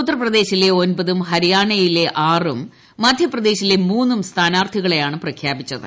ഉത്തർപ്രദേശിലെ ഒൻപതും ഹരി യാനയിലെ ആറും മധ്യപ്രദേശിലെ മൂന്നും സ്ഥാനാർത്ഥികളെ യാണ് പ്രഖ്യാപിച്ചത്